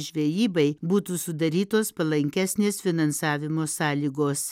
žvejybai būtų sudarytos palankesnės finansavimo sąlygos